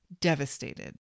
devastated